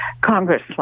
Congress